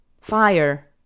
fire